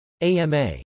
AMA